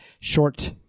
short